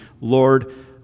Lord